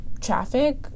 traffic